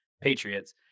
Patriots